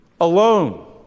alone